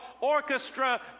orchestra